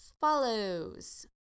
follows